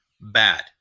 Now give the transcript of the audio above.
bad